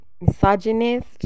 misogynist